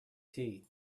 tea